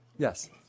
Yes